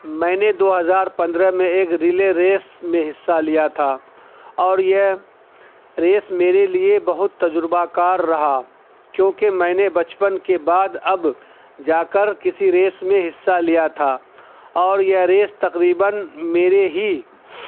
میں نے دو ہزار پندرہ میں ایک رلے ریس میں حصہ لیا تھا اور یہ ریس میرے لیے بہت تجربہ کار رہا کیونکہ میں نے بچپن کے بعد اب جا کر کسی ریس میں حصہ لیا تھا اور یہ ریس تقریباََ میرے ہی